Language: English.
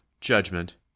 judgment